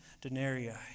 denarii